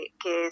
que